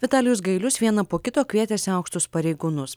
vitalijus gailius vieną po kito kvietėsi aukštus pareigūnus